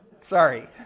Sorry